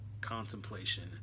contemplation